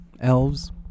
Elves